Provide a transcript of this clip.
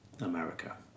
America